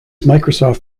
microsoft